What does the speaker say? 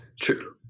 True